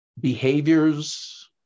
behaviors